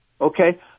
Okay